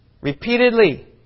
Repeatedly